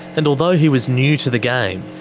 and although he was new to the game,